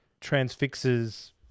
transfixes